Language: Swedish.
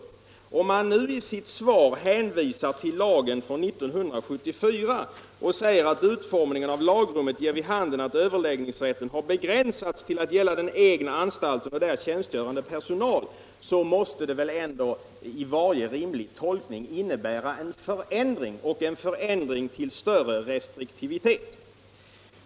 Om justitieministern nu i sitt svar hänvisar till lagen från 1974 och säger: ”Utformningen av lagrummet ger vid handen att överläggningsrätten har begränsats till att gälla den egna anstalten och där tjänstgörande personal” måste detta väl ändå enligt varje rimlig tolkning innebära en förändring, en förändring till större restriktivitet!